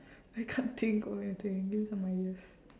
I can't think of anything give me some ideas